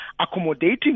accommodating